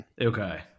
Okay